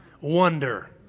wonder